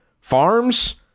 farms